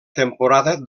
temporada